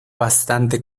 bastante